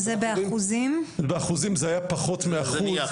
באחוזים זה היה פחות מאחוז.